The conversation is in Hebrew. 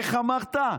איך אמרת?